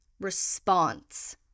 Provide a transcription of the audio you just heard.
response